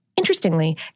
Interestingly